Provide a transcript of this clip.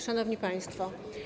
Szanowni Państwo!